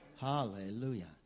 Hallelujah